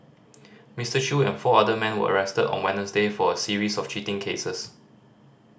Mister Chew and four other men were arrested on Wednesday for a series of cheating cases